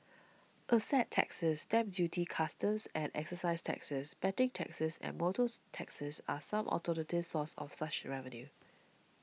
asset taxes stamp duties customs and excise taxes betting taxes and motors taxes are some alternative sources of such revenue